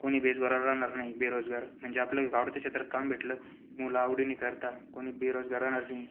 कोणी बेरोजगार राहणार नाही बेरोजगार म्हणजे आपलं आवडते क्षेत्रात काम भेटलं मुलं आवडीनी करता कोणी बेरोजगार राहणार नाही